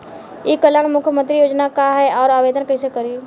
ई कल्याण मुख्यमंत्री योजना का है और आवेदन कईसे करी?